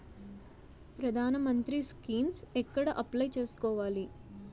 ప్రధాన మంత్రి స్కీమ్స్ ఎక్కడ అప్లయ్ చేసుకోవాలి?